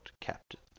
Captain